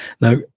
Now